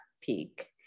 peak